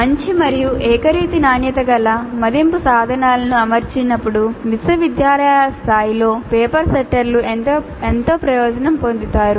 మంచి మరియు ఏకరీతి నాణ్యత గల మదింపు సాధనాలను అమర్చినప్పుడు విశ్వవిద్యాలయ స్థాయిలో పేపర్ సెట్టర్లు ఎంతో ప్రయోజనం పొందుతారు